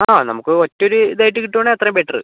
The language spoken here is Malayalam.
ആ നമുക്ക് ഒറ്റ ഒരു ഇതായിട്ട് കിട്ടുവാണെ അത്രയും ബെറ്ററ്